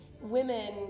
women